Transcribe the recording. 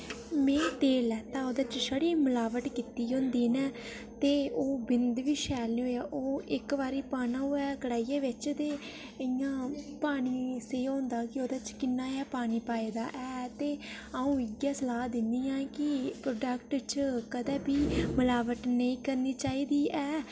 में तेल लैता ओह्दे च छड़ी मलावट कीती होंदी इ'नें ते ओह् बिंद बी शैल निं होएआ ओह् इक बारी पाना होऐ कढ़ाइयै बिच ते इ'यां पानी सेही होंदा कि ओह्दे च किन्ना गै पानी पाए दा है ते अ'ऊं इ'यै सलाह् दिन्नी आं कि प्रोडक्ट च कदें बी मलावट नेईं करनी चाहिदी ऐ